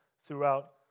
throughout